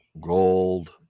Gold